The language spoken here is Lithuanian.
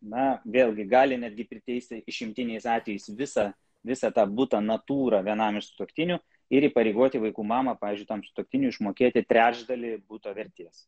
na vėlgi gali netgi priteisti išimtiniais atvejais visą visą tą butą natūra vienam iš sutuoktinių ir įpareigoti vaikų mamą pavyzdžiui tam sutuoktiniui išmokėti trečdalį buto vertės